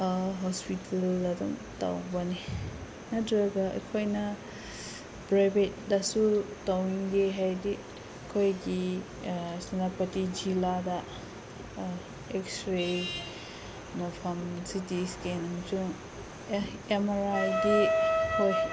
ꯍꯣꯁꯄꯤꯇꯥꯜꯗ ꯑꯗꯨꯝ ꯇꯧꯕꯅꯤ ꯅꯠꯇ꯭ꯔꯒ ꯑꯩꯈꯣꯏꯅ ꯄ꯭ꯔꯥꯏꯕꯦꯠꯇꯁꯨ ꯇꯧꯅꯩꯌꯦ ꯍꯥꯏꯗꯤ ꯑꯩꯈꯣꯏꯒꯤ ꯁꯦꯅꯥꯄꯇꯤ ꯖꯤꯜꯂꯥꯗ ꯑꯦꯛꯁꯔꯦ ꯃꯐꯝ ꯁꯤ ꯇꯤ ꯏꯁꯀꯦꯟ ꯑꯃꯁꯨꯡ ꯑꯦꯝ ꯑꯥꯔ ꯑꯥꯏꯗꯤ ꯍꯣꯏ